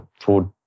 food